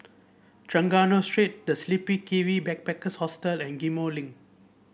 Trengganu Street The Sleepy Kiwi Backpackers Hostel and Ghim Moh Link